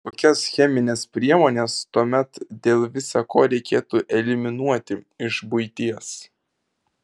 kokias chemines priemones tuomet dėl visa ko reikėtų eliminuoti iš buities